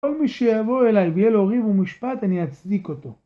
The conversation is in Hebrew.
כל מי שיבוא אליי ויהיה לו ריב ומשפט, אני אצדיק אותו.